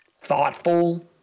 thoughtful